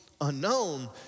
unknown